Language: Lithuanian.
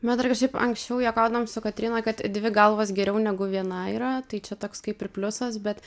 me dar kažkaip anksčiau juokaudavom su kotryna kad dvi galvos geriau negu viena yra tai čia toks kaip ir pliusas bet